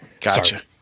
Gotcha